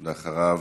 אחריו,